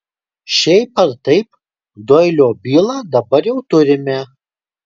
šiaip ar taip doilio bylą dabar jau turime